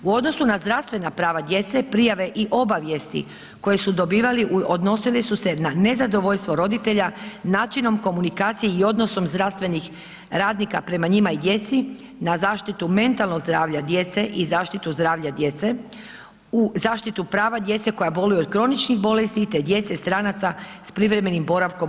U odnosu na zdravstvena prava djece, prijave i obavijesti koje su dobivali, odnosili su se na nezadovoljstvo roditelja načinom komunikacije i odnosom zdravstvenih radnika prema njima i djeci, na zaštitu mentalnog zdravlja djece i zaštitu zdravlja djece, u zaštitu prava djece koja boluju od kroničnih bolesti, te djece stranaca s privremenim boravkom u